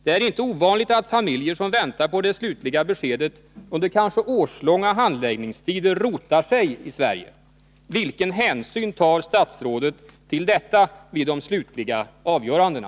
Det är inte ovanligt att vid de slutliga avgörandena?